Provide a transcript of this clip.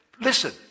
Listen